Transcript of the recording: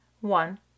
one